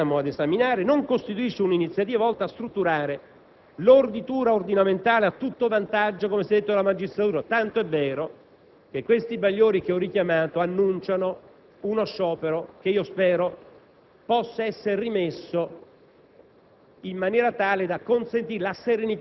In conclusione, onorevoli senatori, il provvedimento che stiamo esaminando non costituisce un'iniziativa volta a strutturare l'orditura ordinamentale a tutto vantaggio, come si è detto, della magistratura, tant'è vero che questi bagliori che ho richiamato annunciano uno sciopero che spero